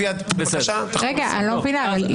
הסיבה היא מאוד פשוטה.